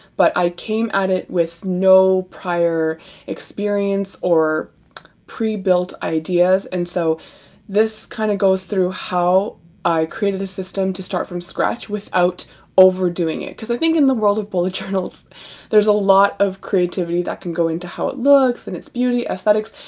but i came at it with no prior experience or pre-built ideas and so this kind of goes through how i created a system to start from scratch without overdoing it because i think in the world of bullet journals there's a lot of creativity that can go into how it looks, and its beauty, aesthetics,